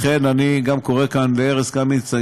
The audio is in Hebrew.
לכן אני גם קורא כאן לארז קמיניץ,